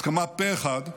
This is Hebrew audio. הסכמה פה אחד,